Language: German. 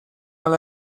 mal